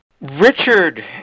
Richard